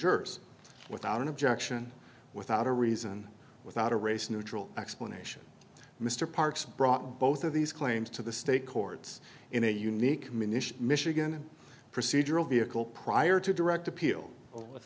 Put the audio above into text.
jerks without an objection without a reason without a race neutral explanation mr parks brought both of these claims to the state courts in a unique minissha michigan procedural vehicle prior to direct appeal with